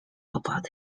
about